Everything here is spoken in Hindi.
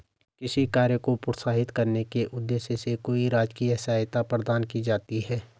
किसी कार्य को प्रोत्साहित करने के उद्देश्य से कोई राजकीय सहायता प्रदान की जाती है